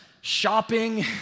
shopping